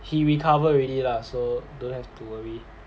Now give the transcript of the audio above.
he recover already lah so don't have to worry